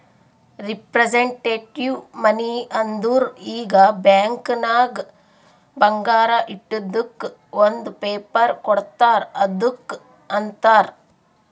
representative money ಅಂದುರ್ ಈಗ bank ನಾಗ್ ಬಂಗಾರ ಇಟ್ಟಿದುಕ್ ಒಂದ್ ಪೇಪರ್ ಕೋಡ್ತಾರ್ ಅದ್ದುಕ್ ಅಂತಾರ್